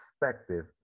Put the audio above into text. perspective